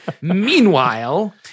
Meanwhile